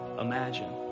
imagine